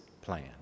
plan